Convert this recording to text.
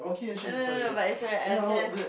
no no no but it's alright I will tell